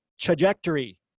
trajectory